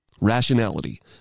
rationality